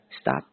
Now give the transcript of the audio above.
Stop